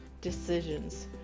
decisions